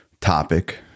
topic